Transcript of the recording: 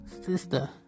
sister